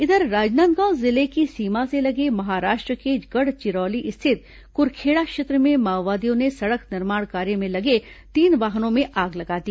इधर राजनांदगांव जिले की सीमा से लगे महाराष्ट्र के गढ़चिरौली स्थित कुरखेड़ा क्षेत्र में माओवादियों ने सडक निर्माण कार्य में लगे तीन वाहनों में आग लगा दी